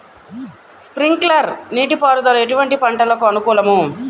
Sprinkler నీటిపారుదల ఎటువంటి పంటలకు అనుకూలము?